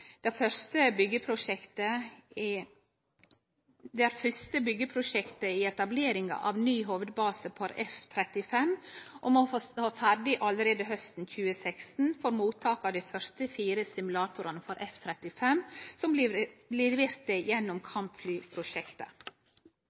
første byggjeprosjektet i etableringa av den nye hovudbasen for F-35 og må stå ferdig allereie hausten 2016 for mottak av dei første fire simulatorane for F-35 som blir leverte gjennom kampflyprosjektet.